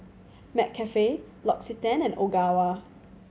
McCafe L'Occitane and Ogawa